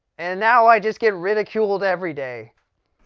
and now i just get ridiculed every day.